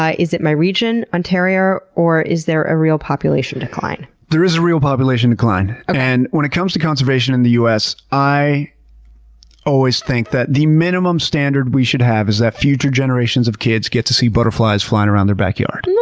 is it my region, ontario, or is there a real population decline? there is a real population decline, and when it comes to conservation in the us, i always think that the minimum standard we should have is that future generations of kids get to see butterflies flying around their backyard.